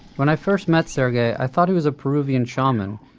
when i first met sergey i thought he was a peruvian shaman,